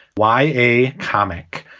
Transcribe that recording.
why a comic?